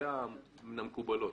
זה הדבר המקובל.